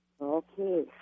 Okay